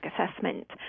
assessment